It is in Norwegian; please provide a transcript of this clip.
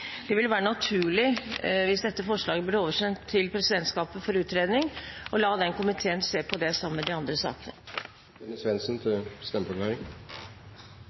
Det ville være naturlig, hvis dette forslaget ble oversendt til presidentskapet for utredning, å la den komiteen se på det sammen med de andre sakene. Kenneth Svendsen – til stemmeforklaring.